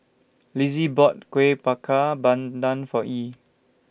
Lizzie bought Kueh Bakar Pandan For Yee